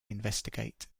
investigate